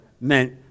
meant